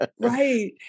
Right